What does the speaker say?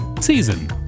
season